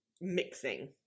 mixing